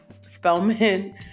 Spellman